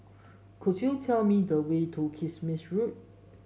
could you tell me the way to Kismis Road